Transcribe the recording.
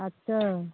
अच्छा